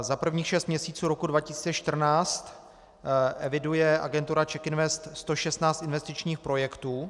Za prvních šest měsíců roku 2014 eviduje agentura CzechInvest 116 investičních projektů.